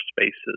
spaces